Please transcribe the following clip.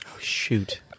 shoot